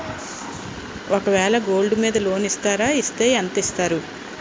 ఒక వేల గోల్డ్ మీద లోన్ ఇస్తారా? ఇస్తే ఎంత ఇస్తారు?